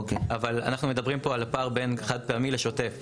אבל אנחנו מדברים פה על הפער בין חד-פעמי לשוטף.